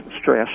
stress